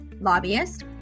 lobbyist